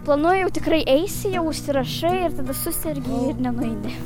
planuoju jau tikrai eisi jau užsirašai ir tada susergi ir nenueini